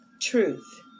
truth